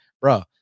bro